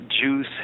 Jews